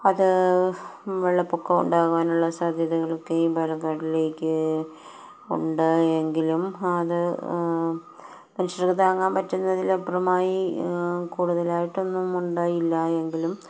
അത് വെള്ളപ്പൊക്കം ഉണ്ടാകുവാനുള്ള സാധ്യതകളൊക്കെയും ഈ പാലക്കാടിലേക്ക് ഉണ്ടായെങ്കിലും അത് മനുഷ്യർക്ക് താങ്ങാൻ പറ്റുന്നതിലപ്പുറമായി കൂടുതലായിട്ടൊന്നും ഉണ്ടായില്ല എങ്കിലും